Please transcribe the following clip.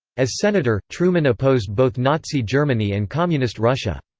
as senator, truman opposed both nazi germany and communist russia.